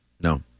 No